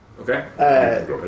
Okay